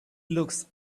looks